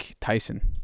Tyson